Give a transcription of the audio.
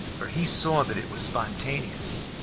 for he saw that it was spontaneous.